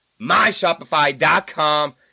myshopify.com